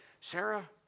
Sarah